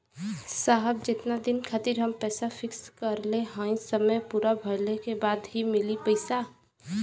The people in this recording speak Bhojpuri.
साहब जेतना दिन खातिर हम पैसा फिक्स करले हई समय पूरा भइले के बाद ही मिली पैसा?